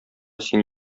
син